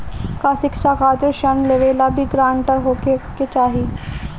का शिक्षा खातिर ऋण लेवेला भी ग्रानटर होखे के चाही?